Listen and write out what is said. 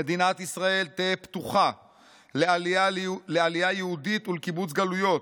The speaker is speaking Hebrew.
"מדינת ישראל תהא פתוחה לעלייה יהודית ולקיבוץ גלויות,